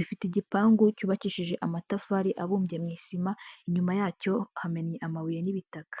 ifite igipangu cyubakishije amatafari abumbye mu isima, inyuma yacyo hamennye amabuye n'ibitaka.